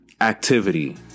activity